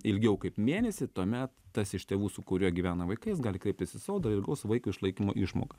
ilgiau kaip mėnesį tuomet tas iš tėvų su kuriuo gyvena vaikai jis gali kreiptis į sodrą ir gaus vaiko išlaikymo išmoką